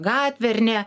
gatvė ar ne